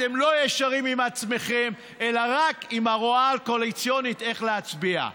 אתם לא ישרים עם עצמכם אלא רק עם ההוראה הקואליציונית איך להצביע.